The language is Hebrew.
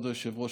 כבוד היושב-ראש,